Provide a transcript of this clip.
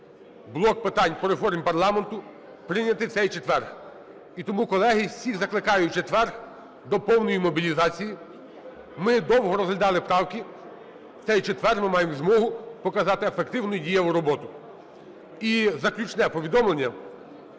блок питань по реформі парламенту прийняти в цей четвер. І тому, колеги, всіх закликаю в четвер до повної мобілізації. Ми довго розглядали правки, в цей четвер ми маємо змогу показати ефективну і дієву роботу. І заключне повідомлення.